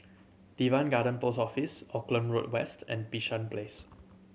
Teban Garden Post Office Auckland Road West and Bishan Place